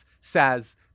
says